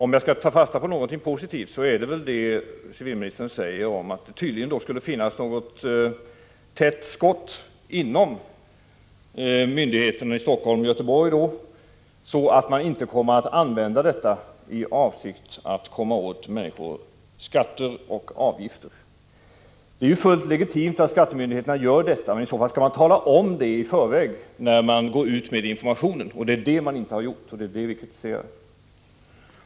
Om jag skall ta fasta på någonting positivt i civilministerns svar skulle det väl vara detta att det tydligen finns något slags täta skott inom myndigheterna i Helsingfors och Göteborg, så att man inte kommer åt människor när det gäller skatter och avgifter. Det är ju fullt legitimt att skattemyndigheterna skaffar information, men i så fall skall man tala om detta redan när man går ut med informationen. Det är det som man inte har gjort, vilket vi kritiserar.